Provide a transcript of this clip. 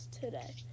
today